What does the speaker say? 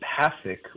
empathic